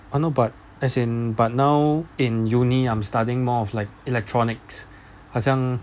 I know but as in but now in uni~ I'm studying more of like electronics 好像